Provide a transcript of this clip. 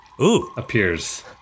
appears